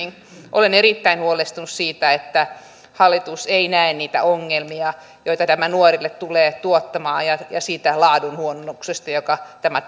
olen erittäin huolestunut siitä että hallitus ei näe niitä ongelmia joita tämä nuorille tulee tuottamaan ja siitä laadun huononnuksesta jonka tämä